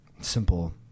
simple